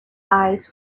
eyes